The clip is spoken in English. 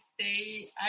stay